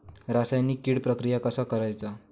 रासायनिक कीड प्रक्रिया कसा करायचा?